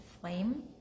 flame